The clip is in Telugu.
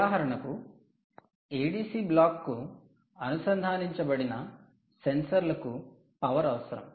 ఉదాహరణకు ADC బ్లాక్కు అనుసంధానించబడిన సెన్సార్లకు పవర్ అవసరం